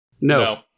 No